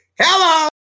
Hello